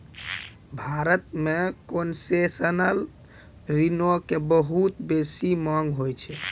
भारत मे कोन्सेसनल ऋणो के बहुते बेसी मांग होय छै